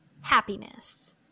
happiness